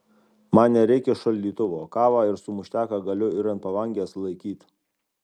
man nereikia šaldytuvo kavą ir sumušteką galiu ir ant palangės laikyt